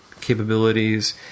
capabilities